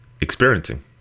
experiencing